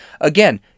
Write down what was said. Again